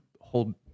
hold